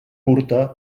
curta